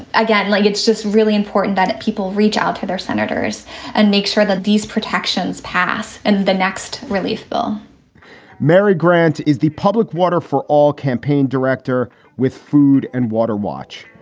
again, like it's just really important that people reach out to their senators and make sure that these protections pass and the next relief bill mary grant is the public water for all campaign director with food and water watch.